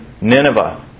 Nineveh